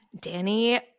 danny